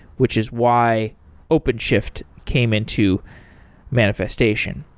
which is why openshift came into manifestation.